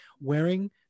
wearing